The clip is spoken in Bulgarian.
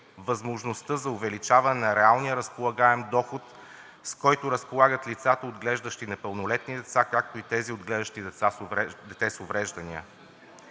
възможността за увеличаване на реалния разполагаем доход, с който разполагат лицата, отглеждащи непълнолетни деца, както и тези, отглеждащи дете с увреждания.